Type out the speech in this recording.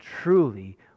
truly